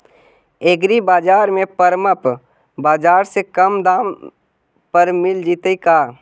एग्रीबाजार में परमप बाजार से कम दाम पर मिल जैतै का?